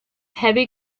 heavy